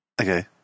Okay